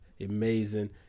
amazing